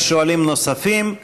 יש שואלים נוספים.